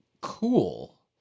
cool